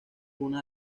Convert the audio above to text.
una